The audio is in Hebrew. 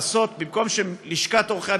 במקום שלשכת עורכי,